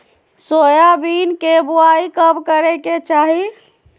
Soybean के बुआई कब करे के चाहि?